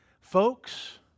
Folks